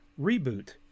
reboot